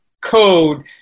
code